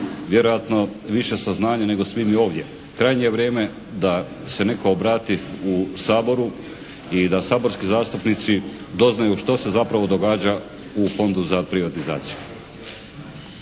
vjerojatno više saznanja nego svi mi ovdje. Krajnje je vrijeme da se netko obrati u Saboru i da saborski zastupnici doznaju što se zapravo događa u Fondu za privatizaciju.